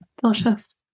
delicious